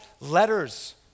letters